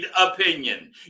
opinion